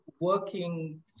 working